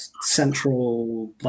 central